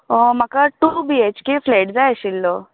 म्हाका two BHK flat जाय आशिल्लो